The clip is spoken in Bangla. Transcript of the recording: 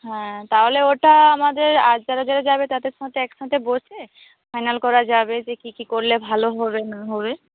হ্যাঁ তাহলে ওটা আমাদের আর যারা যারা যাবে তাদের সাথে একসাথে বসে ফাইনাল করা যাবে যে কী কী করলে ভালো হবে না হবে